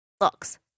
looks